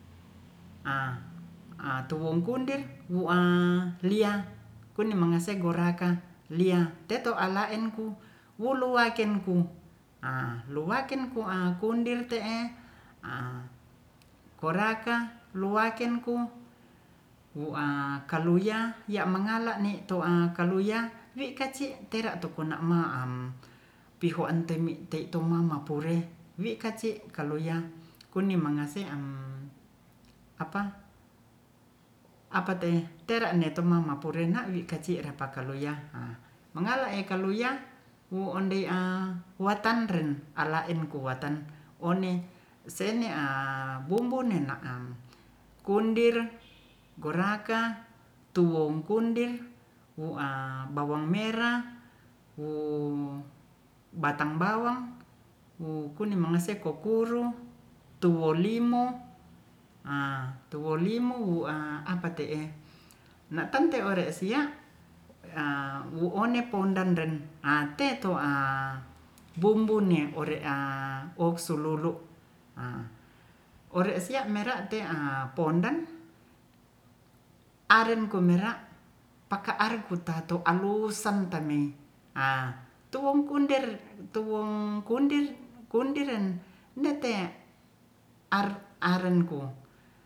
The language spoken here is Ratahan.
A towungkundin wu'a lia kunimangase goraka lia teto ala'en ku wulu waken ku a luwaken ku'a kundir te'e a koraka luwaken ku wu'a kaluya hiya mangala ni'to'a kaluya wi'kaci teratu kuna'ma am pihua antemi tei'toma-ma pure wi'kaci kaluya kuni'mangase am apa- te tera'ne tomama pure'na wi'kaci rapakaluya a mangala'e kaluya wuondei'a watanren ala'enkuatan oni sene'a bumbu nenea'am kundir goraka tuwong kundir wu'a bawang merah wu batang bawang wu kuni'mangaseko kuru tuwolimo- wu'a apate'e na'tante ore si'a a wu'one pondan ren a'teto'a bumbunei ore'a oksuluru' a ore'sia mera'te'a pondan aren kumera' paka arkutato alussantamei a tuwong kunder tuwong kundir- ndete art arenku